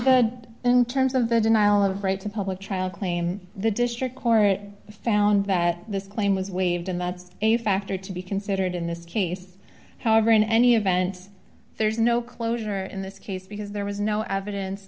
three in terms of the denial of right to public trial claim the district court found that this claim was waived and that's a factor to be considered in this case however in any event there's no closure in this case because there was no evidence